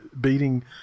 beating